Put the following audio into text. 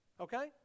Okay